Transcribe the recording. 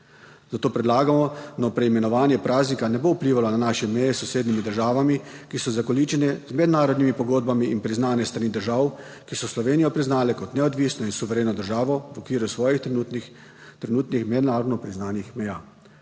Zato predlagano preimenovanje praznika ne bo vplivalo na naše meje s sosednjimi državami, ki so zakoličene z mednarodnimi pogodbami in priznane s strani držav, ki so Slovenijo priznale kot neodvisno in suvereno državo v okviru svojih trenutnih mednarodno priznanih meja.